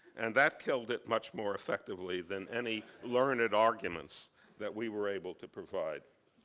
and that killed it much more effectively than any learned arguments that we were able to provide.